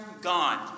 gone